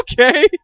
Okay